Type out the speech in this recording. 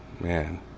Man